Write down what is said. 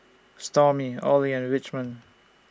Stormy Olie and Richmond